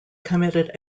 committed